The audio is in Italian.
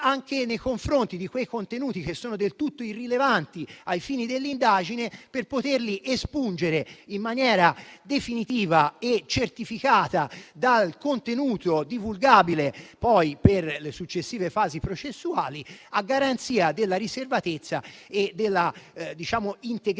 anche nei confronti di quei contenuti che sono del tutto irrilevanti ai fini dell'indagine per poterli espungere in maniera definitiva e certificata dal contenuto divulgabile per le successive fasi processuali, a garanzia della riservatezza e dell'integrità